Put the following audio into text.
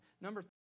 Number